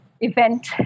event